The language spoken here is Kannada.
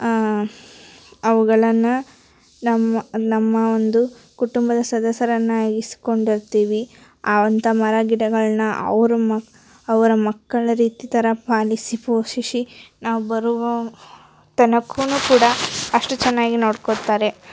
ಆ ಅವುಗಳನ್ನ ನಮ್ಮ ನಮ್ಮ ಒಂದು ಕುಟುಂಬದ ಸದಸ್ಯರನ್ನಾಗಿಸ್ಕೊಂಡಿರ್ತೀವಿ ಆ ಅಂಥಾ ಮರ ಗಿಡಗಳನ್ನ ಅವರು ಮ ಅವರ ಮಕ್ಕಳ ರೀತಿ ಥರ ಪಾಲಿಸಿ ಪೋಷಿಸಿ ನಾವು ಬರುವ ತನಕನು ಕೂಡ ಅಷ್ಟು ಚೆನ್ನಾಗಿ ನೋಡ್ಕೊತಾರೆ